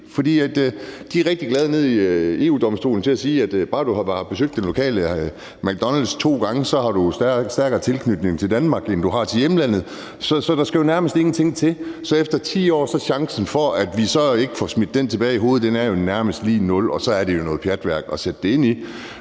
er de rigtig gode til at sige, at bare du har besøgt den lokale McDonald's to gange, har du stærkere tilknytning til Danmark, end du har til hjemlandet. Så der skal jo nærmest ingenting til. Så chancen for, at vi så efter 10 år ikke får smidt den tilbage i hovedet, er jo nærmest lig nul, og så er det jo noget pjatværk at gøre. Men